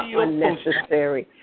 unnecessary